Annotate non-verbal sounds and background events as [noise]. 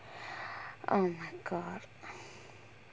[breath] oh my god [breath]